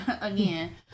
again